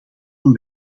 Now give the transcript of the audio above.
een